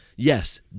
Yes